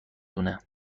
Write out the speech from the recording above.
دونه